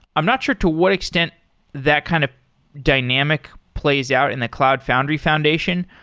i'm not sure to what extent that kind of dynamic plays out in the cloud foundry foundation.